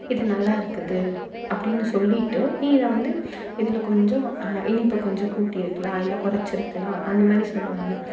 இது நல்லா இருக்குது அப்படின்னு சொல்லிவிட்டு இதை வந்து இதில் கொஞ்சம் இனிப்பை கொஞ்சம் கூட்டியிருக்கலாம் இல்லை கொறைச்சிருக்கலாம் அந்த மாதிரி சொல்லுவாங்க